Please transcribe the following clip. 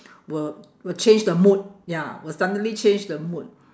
will will change the mood ya will suddenly change the mood